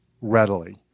readily